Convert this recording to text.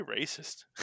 racist